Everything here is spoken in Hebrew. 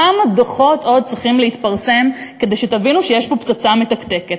כמה דוחות עוד צריכים להתפרסם כדי שתבינו שיש פה פצצה מתקתקת?